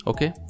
Okay